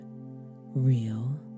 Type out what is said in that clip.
real